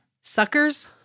Suckers